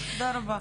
גדולה.